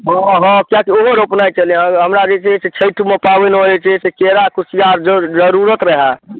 हाँ हाँ किएक कि ओहो रोपनाय छलैहँ हमरा जे छै से छैठमे पाबनि होइ छै से केरा कुशियार जरूर जरूरत रहै